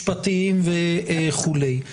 משפטיים וכולי.